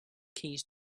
keys